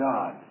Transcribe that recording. God